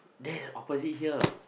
there is opposite here